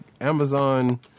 Amazon